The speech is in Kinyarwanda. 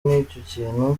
n’icyo